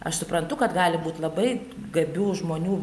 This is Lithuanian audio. aš suprantu kad gali būt labai gabių žmonių